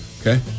Okay